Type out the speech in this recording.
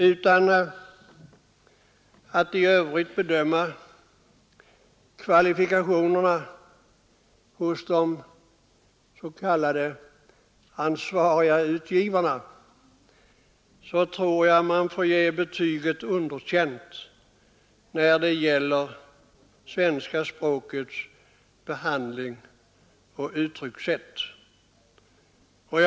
Utan att i övrigt bedöma kvalifikationerna hos de s.k. ansvariga utgivarna tror jag att man får ge dem betyget underkänd när det gäller svenska språkets behandling och när det gäller uttryckssätt.